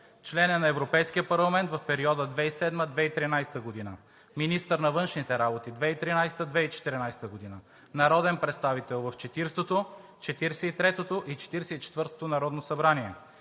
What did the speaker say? Член е на Европейския парламент в периода 2007 – 2013 г., министър на външните работи – 2013 – 2014 г., народен представител в 40-тото, 43-тото и 44-тото Народно събрание.